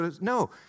No